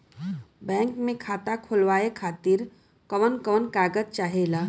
Bank मे खाता खोलवावे खातिर कवन कवन कागज चाहेला?